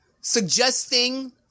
suggesting